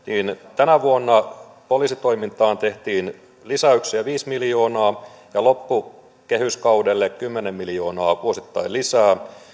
tänä vuonna poliisitoimintaan tehtiin lisäyksiä viisi miljoonaa ja loppukehyskaudelle kymmenen miljoonaa vuosittain lisää